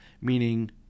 meaning